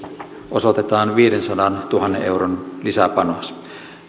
osoitetaan viidensadantuhannen euron lisäpanos